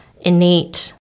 innate